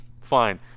fine